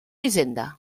hisenda